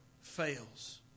fails